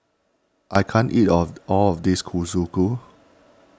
I can't eat of all of this Kalguksu